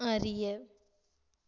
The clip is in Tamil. அறிய